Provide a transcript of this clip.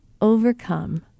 overcome